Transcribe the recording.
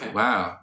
wow